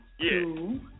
two